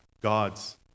God's